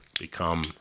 become